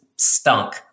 Stunk